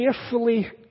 carefully